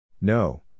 No